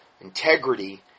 integrity